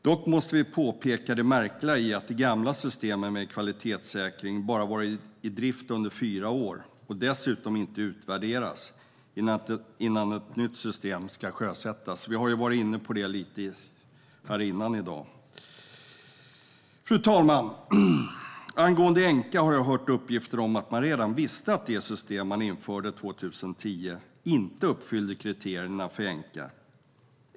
Dock måste vi påpeka det märkliga i att det gamla systemet med kvalitetssäkring bara varit i drift i fyra år och dessutom inte har utvärderats innan ett nytt system ska sjösättas. Vi har varit inne på det tidigare i dag. Fru talman! Jag har hört uppgifter om att man redan visste att det system man införde 2010 inte uppfyllde kriterierna för ENQA.